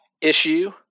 issue